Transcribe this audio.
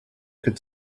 could